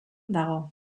dago